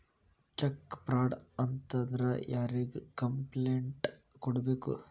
check fraud ಆತಂದ್ರ ಯಾರಿಗ್ complaint ಕೂಡ್ಬೇಕು